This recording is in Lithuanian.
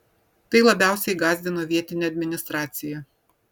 tai labiausiai gąsdino vietinę administraciją